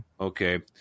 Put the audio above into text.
Okay